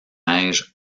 neige